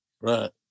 Right